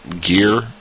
gear